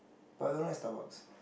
but I don't like Starbucks